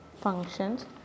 functions